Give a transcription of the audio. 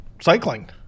cycling